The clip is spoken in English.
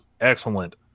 Excellent